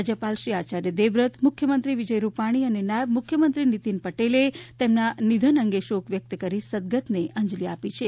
રાજયપાલશ્રી આચાર્ય દેવવ્રત મુખ્યમંત્રી વિજય રૂપાણી અને નાયબ મુખ્યમંત્રી નીતીન પટેલે તેમના નિધન અંગે શોક વ્યક્ત કરી સદગતને અંજલી આપી છે